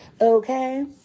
Okay